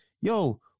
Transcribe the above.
yo